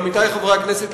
עמיתי חברי הכנסת,